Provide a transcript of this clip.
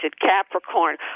Capricorn